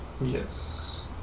Yes